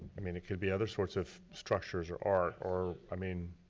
i mean it could be other sorts of structures or art, or, i mean.